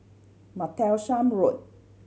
Martlesham Road